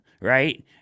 right